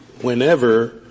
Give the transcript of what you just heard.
whenever